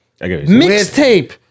mixtape